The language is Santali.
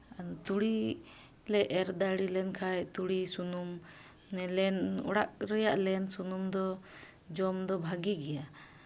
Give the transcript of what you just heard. ᱛᱩᱲᱤ ᱞᱮ ᱮᱨ ᱫᱟᱲᱮ ᱞᱮᱱᱠᱷᱟᱡ ᱛᱩᱲᱤ ᱥᱩᱱᱩᱢ ᱞᱮᱱ ᱚᱲᱟᱜ ᱨᱮᱭᱟᱜ ᱞᱮᱱ ᱥᱩᱱᱩᱢ ᱫᱚ ᱡᱚᱢ ᱫᱚ ᱵᱷᱟᱜᱮ ᱜᱮᱭᱟ